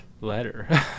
letter